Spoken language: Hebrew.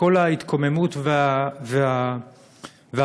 כל ההתקוממות והתרעומת.